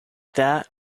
that